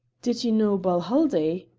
did you know balhaldie?